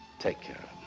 take care